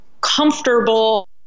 comfortable